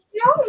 no